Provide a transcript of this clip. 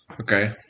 Okay